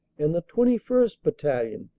and the twentieth. battalion,